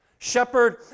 Shepherd